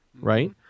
right